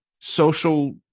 social